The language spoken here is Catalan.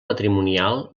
matrimonial